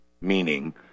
meaning